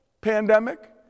pandemic